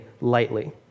lightly